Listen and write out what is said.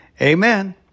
Amen